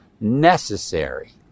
necessary